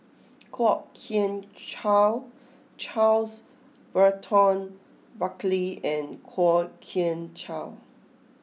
Kwok Kian Chow Charles Burton Buckley and Kwok Kian Chow